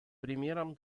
примером